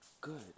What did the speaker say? good